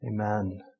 Amen